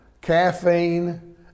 Caffeine